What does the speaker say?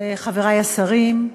חברי השרים,